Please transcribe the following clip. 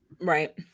right